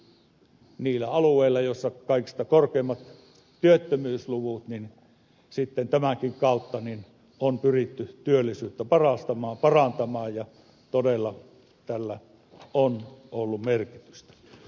eli niillä alueilla missä on kaikista korkeimmat työttömyysluvut on pyritty sitten tämänkin kautta työllisyyttä parantamaan ja todella tällä on ollut merkitystä